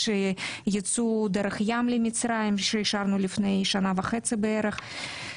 יש יצוא דרך הים למצרים שאישרנו לפני כשנה וחצי בערך.